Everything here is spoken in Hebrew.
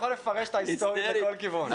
כל אחד יכול לפרש את ההיסטוריה בכל כיוון.